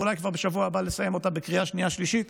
ואולי כבר בשבוע הבא לסיים אותה בקריאה שנייה ושלישית,